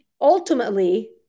ultimately